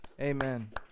Amen